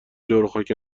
جاروخاک